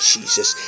Jesus